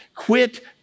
Quit